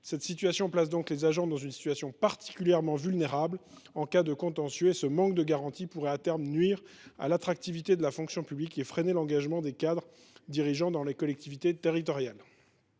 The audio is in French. Les agents sont placés dans une situation particulièrement vulnérable en cas de contentieux. Ce manque de garanties pourrait, à terme, nuire à l’attractivité de la fonction publique et freiner l’engagement des cadres dirigeants dans les collectivités territoriales.